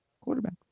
quarterback